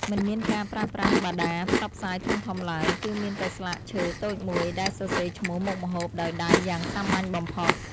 មិនមានការប្រើប្រាស់បដាផ្សព្វផ្សាយធំៗឡើយ គឺមានតែស្លាកឈើតូចមួយដែលសរសេរឈ្មោះមុខម្ហូបដោយដៃយ៉ាងសាមញ្ញបំផុត។